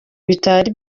bitari